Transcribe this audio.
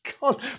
God